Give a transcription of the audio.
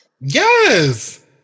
yes